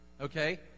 Okay